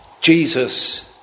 Jesus